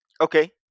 Okay